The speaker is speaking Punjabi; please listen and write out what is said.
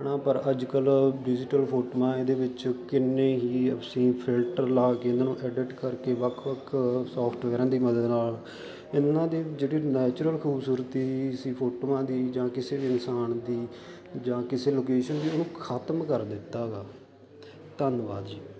ਉਹਨਾਂ ਪਰ ਅੱਜ ਕੱਲ੍ਹ ਡਿਜੀਟਲ ਫੋਟੋਆਂ ਇਹਦੇ ਵਿੱਚ ਕਿੰਨੇ ਹੀ ਅਸੀਂ ਫਿਲਟਰ ਲਾ ਕੇ ਨਾ ਐਡਿਟ ਕਰਕੇ ਨਾ ਵੱਖ ਵੱਖ ਸੋਫਟਵੇਅਰਾਂ ਦੀ ਮਦਦ ਨਾਲ ਇਹਨਾਂ ਦੇ ਜਿਹੜੇ ਨੈਚੁਰਲ ਖੂਬਸੂਰਤੀ ਸੀ ਫੋਟੋਆਂ ਦੀ ਜਾਂ ਕਿਸੇ ਵੀ ਇਨਸਾਨ ਦੀ ਜਾਂ ਕਿਸੇ ਲੋਕੇਸ਼ਨ ਦੀ ਉਹਨੂੰ ਖਤਮ ਕਰ ਦਿੱਤਾ ਗਾ ਧੰਨਵਾਦ ਜੀ